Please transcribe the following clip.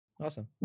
Awesome